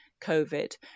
covid